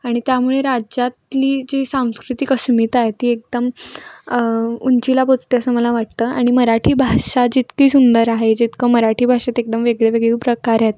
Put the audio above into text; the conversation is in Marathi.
आणि त्यामुळे राज्यातली जी सांस्कृतिक अस्मिता आहे ती एकदम उंचीला पोचते असं मला वाटतं आणि मराठी भाषा जितकी सुंदर आहे जितकं मराठी भाषेत एकदम वेगळेवेगळे प्रकार आहेत